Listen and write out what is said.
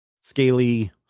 scaly